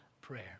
prayer